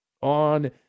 on